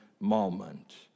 moment